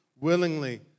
willingly